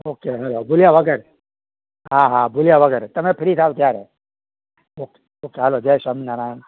okay હાલો ભૂલ્યા વગર હા હા ભૂલ્યા વગર તમે ફ્રી થાવ ત્યારે ઓકે ઓકે હાલો જય સ્વામિનારાયણ